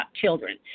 children